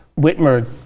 Whitmer